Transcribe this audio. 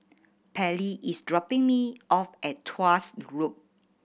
Pallie is dropping me off at Tuas Loop